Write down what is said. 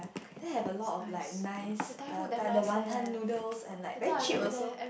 there have a lot of like nice err Thai the wanton noodles and like very cheap also